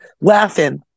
laughing